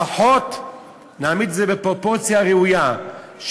לפחות נעמיד את זה בפרופורציה ראויה,